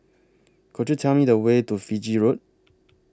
Could YOU Tell Me The Way to Fiji Road